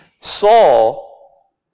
Saul